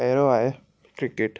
पहिरों आहे क्रिकेट